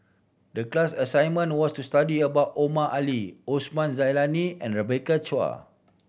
the class assignment was to study about Omar Ali Osman Zailani and Rebecca Chua